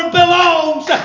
belongs